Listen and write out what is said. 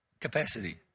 capacity